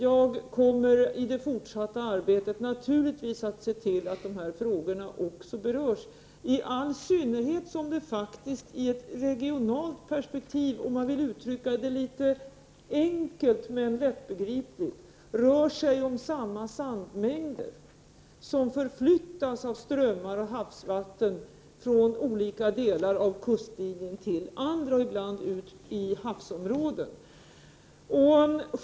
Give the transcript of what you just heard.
Jag kommer dock i det fortsatta arbetet naturligtvis att se till att också dessa frågor berörs, i all synnerhet som det faktiskt i ett regionalt perspektiv — om man vill uttrycka det litet enkelt, men lättbegripligt — rör sig om samma sandmängder som förflyttas av strömmar och havsvatten från olika delar av kustlinjen till andra, och ibland ut i havsområdet.